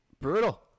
Brutal